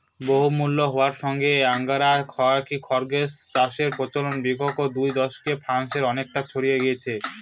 বহুমূল্য হওয়ার জন্য আঙ্গোরা খরগোস চাষের প্রচলন বিগত দু দশকে ফ্রান্সে অনেকটা ছড়িয়ে গিয়েছে